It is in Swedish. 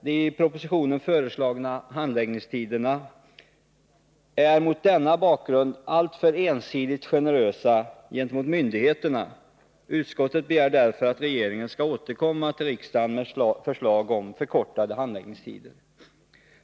De i propositionen föreslagna handläggningstiderna är mot denna bakgrund alltför ensidigt generösa gentemot myndigheterna. Utskottet begär därför att regeringen skall återkomma till riksdagen med förslag om förkortade handläggningstider.